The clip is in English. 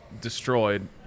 destroyed